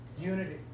unity